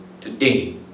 today